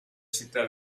città